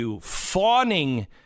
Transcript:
fawning